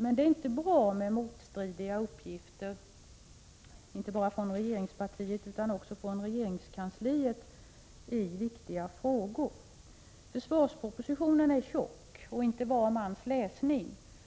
Men det är inte bra med motstridiga uppgifter i viktiga frågor — inte bara från regeringspartiet utan också från regeringskansliet. Försvarspropositionen är tjock och inte var mans läsning.